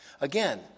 Again